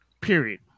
period